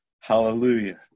Hallelujah